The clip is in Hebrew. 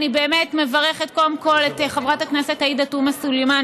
אני באמת מברכת קודם כול את חברת הכנסת עאידה תומא סלימאן,